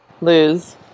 Lose